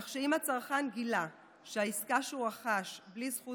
כך שאם הצרכן גילה שהעסקה שהוא רכש בלי זכות